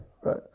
right